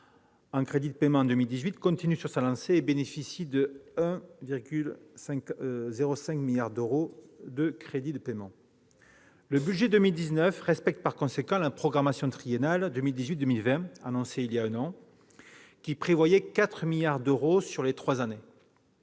en crédits de paiement en 2018, continue sur sa lancée et bénéficie de 1,05 milliard d'euros. Le projet de budget pour 2019 est, par conséquent, conforme à la programmation triennale 2018-2020 annoncée il y a un an, qui prévoyait 4 milliards d'euros sur les trois années.